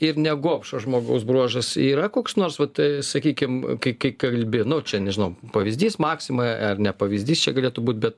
ir ne gobšo žmogaus bruožas yra koks nors vat sakykim kai kai kalbi nu čia nežinau pavyzdys maksima ar ne pavyzdys čia galėtų būt bet